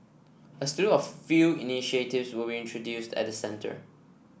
a slew of few initiatives will be introduced at the centre